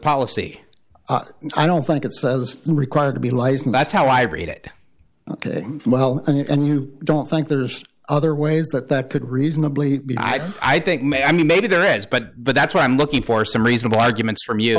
policy and i don't think it says required to be lazing that's how i read it well and you don't think there's other ways that that could reasonably i think may i mean maybe there is but but that's what i'm looking for some reasonable arguments from y